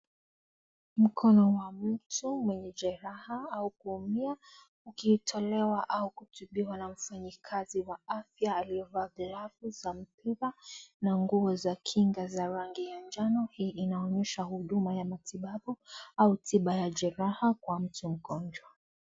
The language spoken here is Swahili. Mkono wa mtu wenye jeraha au kuhumia ukitolewa au kutibiwa na mfanyakazi wa afya aliyevaa glafu ,sandpaper na nguo za kinga za rangi manjano, inaonekana huduma ya matibabu au tiba ya jeraha kwa mtu mgonjwa.